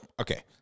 okay